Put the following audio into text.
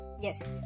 yes